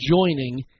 joining